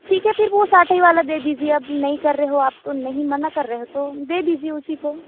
ठीक है फिर वो साठ ही वाला दे दीजिए आप नहीं कर रहे हो आप तो नहीं मना कर रहे हो तो दे दीजिए उसी को